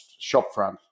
shopfront